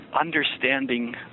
understanding